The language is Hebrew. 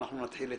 09:50.